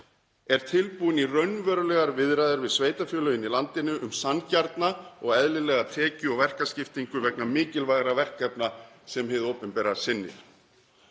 er tilbúin í raunverulegar viðræður við sveitarfélögin í landinu um sanngjarna og eðlilega tekju- og verkaskiptingu vegna mikilvægra verkefna sem hið opinbera sinnir.